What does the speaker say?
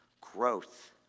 growth